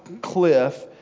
cliff